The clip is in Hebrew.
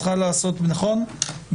צריכה להיעשות בצו,